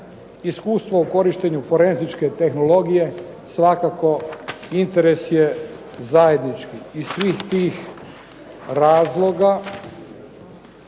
Iskustvo u korištenju forenzičke tehnologije svakako interese je zajednički. Iz svih tih razloga